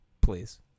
Please